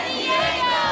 Diego